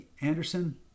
Anderson